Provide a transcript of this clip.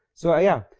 so yeah,